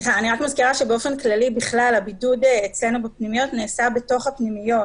מזכירה שבאופן כללי הבידוד אצלנו בפנימיות נעשה בתוך הפנימיות.